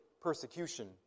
persecution